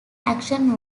action